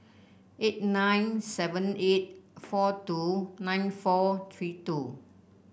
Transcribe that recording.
eight nine seven eight four two nine four three two